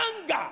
Anger